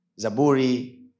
zaburi